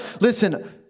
listen